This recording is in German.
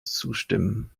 zustimmen